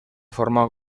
forma